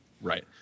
Right